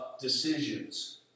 decisions